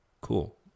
Cool